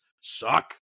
suck